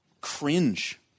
cringe